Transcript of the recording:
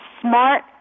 Smart